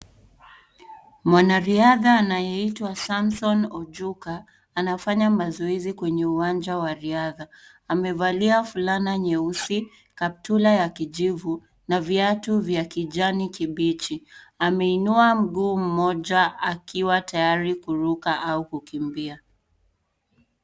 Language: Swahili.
Mwanariadha anayeitwa Samson Ojuka anafanya mazoezi kwenye uwanja wa riasdha amevalia fulana nyeusi kaptura ya kijivu na viatu vya kijani kibichi. Ameinua mguu mmoja akiwa tayari kuruka au kukimbia .